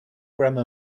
grammar